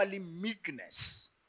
meekness